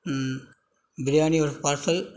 பிரியாணி ஒரு பார்சல்